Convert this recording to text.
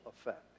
effect